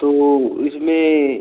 तो इसमें